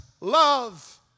love